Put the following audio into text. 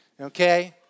okay